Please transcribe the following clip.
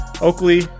Oakley